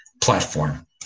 platform